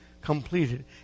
completed